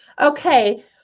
Okay